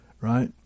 right